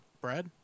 Brad